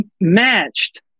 matched